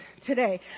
today